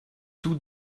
tout